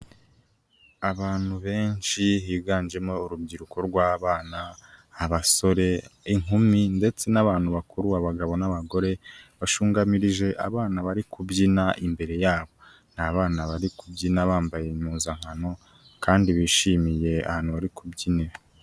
Abantu benshi higanjemo urubyiruko rw'abana abasore, inkumi ndetse n'abantu bakuru, abagabo n'abagore, bashungamirije abana bari kubyina imbere yabo, ni abana bari kubyina bambaye impuzankano kandi bishimiye ahantu bari kubyinira.